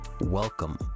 welcome